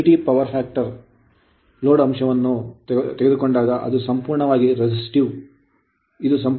ಐಕ್ಯತೆಯ ಶಕ್ತಿಯ ಅಂಶವನ್ನು ಲೋಡ್ ಮಾಡಿದಾಗ ಅದು ಸಂಪೂರ್ಣವಾಗಿ resistiveಪ್ರತಿರೋಧಕವಾಗಿದೆ